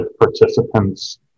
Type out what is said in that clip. participants